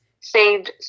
saved